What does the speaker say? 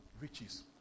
riches